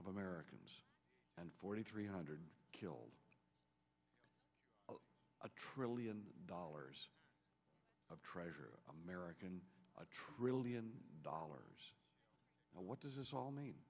of americans and forty three hundred killed a trillion dollars of treasure american a trillion dollars what does this all m